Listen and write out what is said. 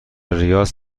ریاض